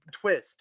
twist